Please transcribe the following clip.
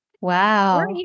wow